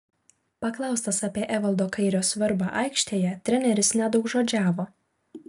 paklaustas apie evaldo kairio svarbą aikštėje treneris nedaugžodžiavo